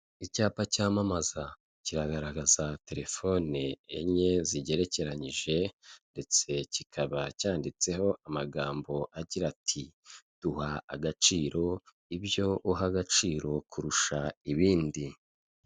Icyapa cyamamaza kiragaragaza telefone enye zigerekeranyije ndetse kikaba cyanditseho amagambo agira ati duha agaciro ibyo uha agaciro kurusha ibindi.